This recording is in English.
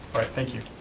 all right, thank you.